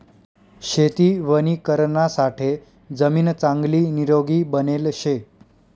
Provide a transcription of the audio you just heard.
शेती वणीकरणासाठे जमीन चांगली निरोगी बनेल शे